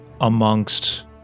amongst